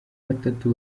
batatu